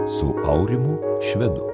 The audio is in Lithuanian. su aurimu švedu